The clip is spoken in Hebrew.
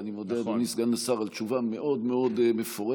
ואני מודה לאדוני סגן השר על תשובה מאוד מאוד מפורטת,